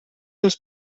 els